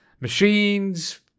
machines